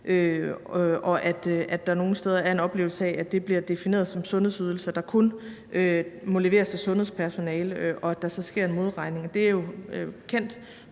og at der nogle steder er en oplevelse af, at det bliver defineret som sundhedsydelser, der kun må leveres af sundhedspersonale, og at der så sker en modregning. Det er jo en